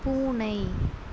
பூனை